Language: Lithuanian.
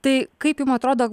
tai kaip jum atrodo